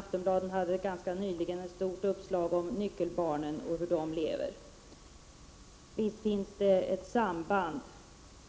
Aftonbladet hade ganska nyligen ett stort uppslag om nyckelbarn och om hur de lever. Det finns ett samband.